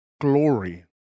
glory